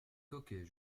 coquet